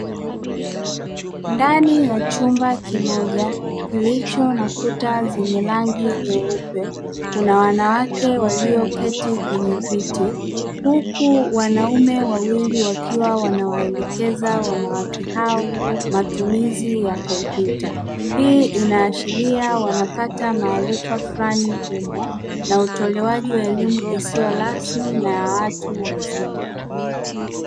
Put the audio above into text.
Ndani ya chumba kimoja, richu na kuta zenye rangi nyeupe, kuna wanawake walioketi kwenye viti, huku wanaume wawili wakiwa wanawaelekeza wanawake hao matumizi ya kompyuta, hii inaashiria wanapata maarifa fulani humo, na utolewaji na utolewaji wa elimu isiyo rasmi na ya watu wazima.